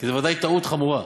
כי זאת בוודאי טעות חמורה.